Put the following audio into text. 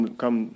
come